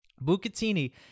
Bucatini